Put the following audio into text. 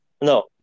No